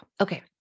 Okay